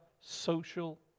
social